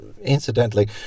incidentally